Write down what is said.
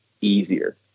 easier